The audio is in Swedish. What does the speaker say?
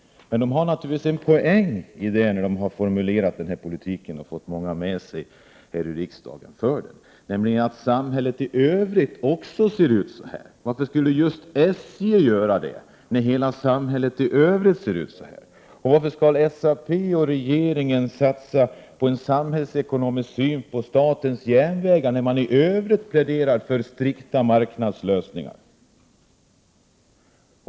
Men socialdemokraterna har naturligtvis en poäng i den politik som man har formulerat och som de fått många här i riksdagen att ställa sig bakom, nämligen att också samhället i övrigt ser ut på det här sättet. Varför skulle SJ skilja ut sig, när hela samhället i övrigt ser ut så här? Varför skulle SAP och regeringen satsa på en samhällsekonomisk syn på statens järnvägar, när man i övrigt pläderar för strikta marknadslösningar?